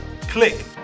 click